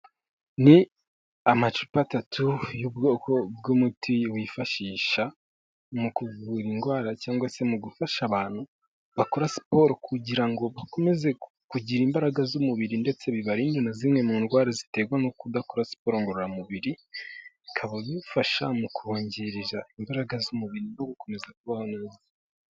Ni amacupa atatu y'ubwoko bw'umuti wifashisha mu kuvura indwara cyangwa se mu gufasha abantu bakora siporo kugira ngo bakomeze kugira imbaraga z'umubiri ndetse bibarinde na zimwe mu ndwara ziterwa no kudakora siporo ngororamubiri, bikaba bifasha mu kubongerera imbaraga z'umubiri no gukomeza kubaho neza.